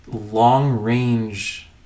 long-range